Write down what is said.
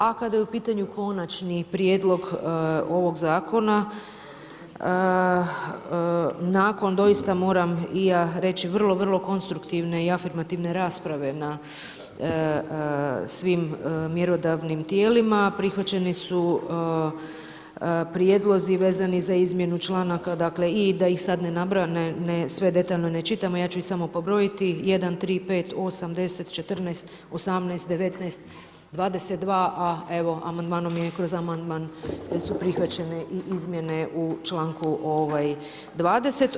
A kada je u pitanju konačni prijedlog ovog zakona, nakon doista moram i ja reći, vrlo vrlo konstruktivne i afirmativne rasprave na svim mjerodavnim tijelima, prihvaćeni su prijedlozi vezani za izmjenu članaka, dakle, i da ih sada ne nabrajam i sve detaljno ne čitamo, ja ću ih samo probrojiti, 1, 3, 5, 8, 10, 14, 18, 19, 22, a evo amandmanom je kroz amandman su prihvaćene i izmjene u članku 20.